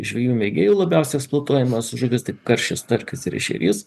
žvejų mėgėjų labiausias eksplotuojamas žuvis tai karšis starkis ir ešerys